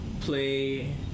Play